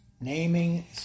naming